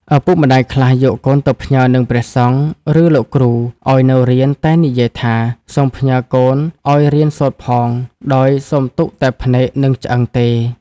ឪពុកម្ដាយខ្លះយកកូនទៅផ្ញើនឹងព្រះសង្ឃ ឬលោកគ្រូឲ្យនៅរៀនតែងនិយាយថា សូមផ្ញើកូនឲ្យរៀនសូត្រផង ដោយសុំទុកតែភ្នែក និងឆ្អឹងទេ។